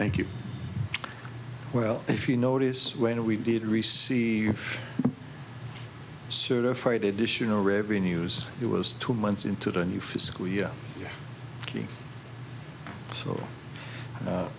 thank you well if you notice when we did receive certified additional revenues it was two months into the new fiscal year so